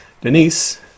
Denise